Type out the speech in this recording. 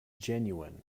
genuine